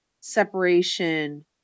separation